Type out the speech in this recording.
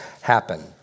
happen